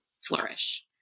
flourish